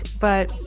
but,